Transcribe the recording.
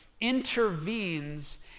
intervenes